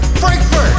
Frankfurt